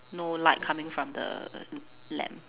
no light coming from the lamp